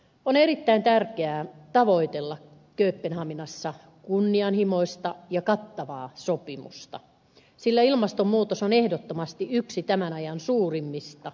on erittäin tärkeää tavoitella kööpenhaminassa kunnianhimoista ja kattavaa sopimusta sillä ilmastonmuutos on ehdottomasti yksi tämän ajan suurimmista haasteista